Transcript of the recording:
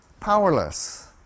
powerless